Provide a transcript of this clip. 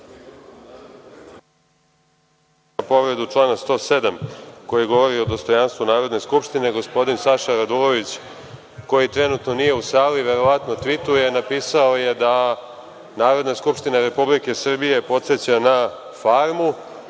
povreda člana 107, koji govori o dostojanstvu Narodne skupštine. Gospodin Saša Radulović koji trenutno nije u sali verovatno tvituje, napisao je da Narodna skupština Republike Srbije podseća na farmu